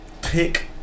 pick